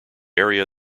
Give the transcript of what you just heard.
area